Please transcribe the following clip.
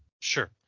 Sure